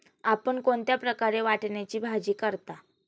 आपण कोणत्या प्रकारे वाटाण्याची भाजी करता?